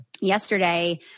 yesterday